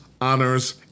honors